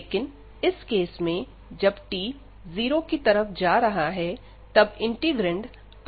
लेकिन इस केस में जब t 0 की तरफ जा रहा है तब इंटीग्रैंड अनबॉउंडेड हो रहा है